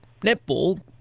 netball